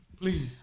Please